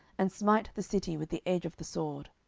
and smite the city with the edge of the sword.